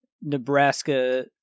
Nebraska